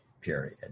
period